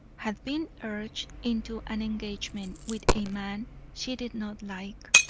had been urged into an engagement with a man she did not like.